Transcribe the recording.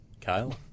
Kyle